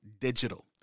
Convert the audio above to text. digital